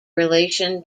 relation